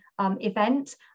event